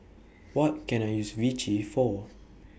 What Can I use Vichy For